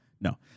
No